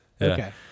Okay